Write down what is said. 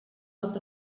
cap